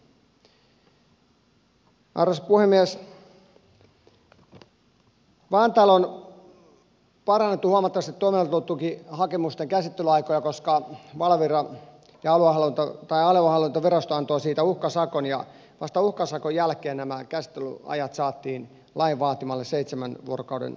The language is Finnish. vantaalla on parannettu huomattavasti toimeentulotukihakemusten käsittelyaikoja koska aluehallintovirasto antoi siitä uhkasakon ja vasta uhkasakon jälkeen nämä käsittelyajat saatiin lain vaatimalle seitsemän vuorokauden tasolle